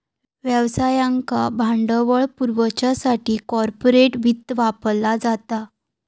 व्यवसायाक भांडवल पुरवच्यासाठी कॉर्पोरेट वित्त वापरला जाता